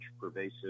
pervasive